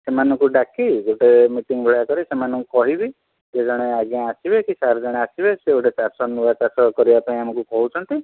ସେମାନଙ୍କୁ ଡାକି ଗୋଟେ ମିଟିଙ୍ଗ୍ ଭଳିଆ କରି ସେମାନଙ୍କୁ କହିବି ଯେ ଜଣେ ଆଜ୍ଞା ଆସିବେ କି ସାର୍ ଜଣେ ଆସିବେ ସିଏ ଗୋଟେ ଚାଷ ନୂଆ ଚାଷ କରିବା ପାଇଁ ଆମକୁ କହୁଛନ୍ତି